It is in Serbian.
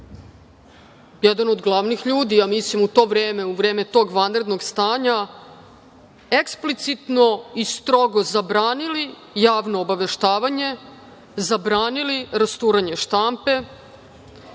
jedan od glavnih ljudi, ja mislim, u to vreme, u vreme tog vanrednog stanja, eksplicitno i strogo zabranili javno obaveštavanje, zabranili rasturanje štampe